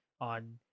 on